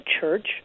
church